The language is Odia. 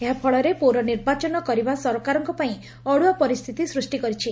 ଏହା ଫଳରେ ପୌର ନିର୍ବାଚନ କରିବା ସରକାରଙ୍କ ପାଇଁ ଅଡୁଆ ପରିସ୍ଥିତି ସୂଷ୍ କରିଛି